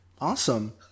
Awesome